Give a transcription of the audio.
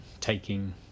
taking